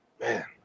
Man